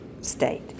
state